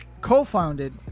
co-founded